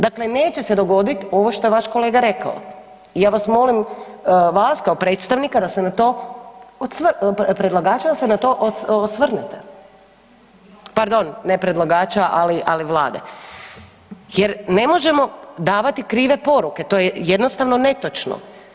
Dakle, neće se dogoditi ovo što je vaš kolega rekao i ja vas molim vas kao predstavnika da se na to predlagača da se na to osvrnete, pardon ne predlagača ali Vlade jer ne možemo davati krive poruke, to je jednostavno netočno.